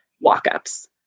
walk-ups